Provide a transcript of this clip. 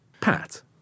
Pat